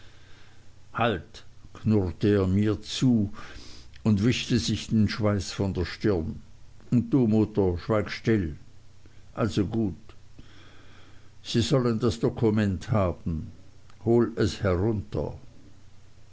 knurrte er mir zu und wischte sich den schweiß von der stirn und du mutter schweig still also gut sie sollen das dokument haben hol es herunter